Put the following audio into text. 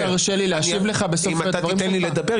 כבוד,